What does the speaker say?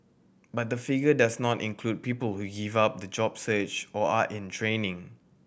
but the figure does not include people who give up the job or are in training